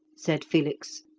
said felix.